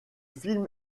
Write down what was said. film